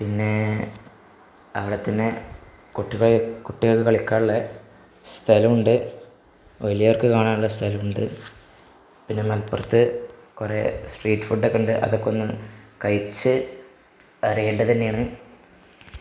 പിന്നെ അവിടെ തന്നെ കുട്ടികൾ കുട്ടികൾ കളിക്കാനുള്ള സ്ഥലമുണ്ട് വലിയവർക്ക് കാണാനുള്ള സ്ഥലമുണ്ട് പിന്നെ മലപ്പുറത്ത് കുറേ സ്ട്രീറ്റ് ഫുഡ്ഡൊക്കെയുണ്ട് അതൊക്കെയൊന്ന് കഴിച്ച് അറിയേണ്ടതു തന്നെയാണ്